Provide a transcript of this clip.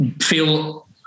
feel